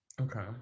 Okay